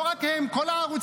לא רק הם, כל הערוצים.